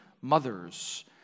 mother's